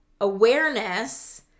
awareness